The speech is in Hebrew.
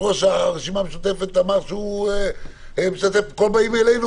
ראש הרשימה המשותפת אמר שהוא משתף פעולה.